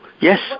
Yes